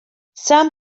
some